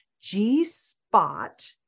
G-spot